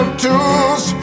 tools